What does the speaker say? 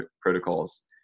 protocols